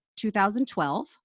2012